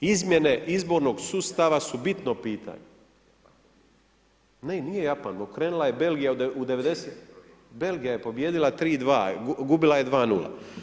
Izmjene izbornog sustava su bitno pitanje. … [[Upadica sa strane, ne razumije se.]] Ne, nije Japan, okrenula je Belgija, Belgija je pobijedila 3:2, gubila je 2:0.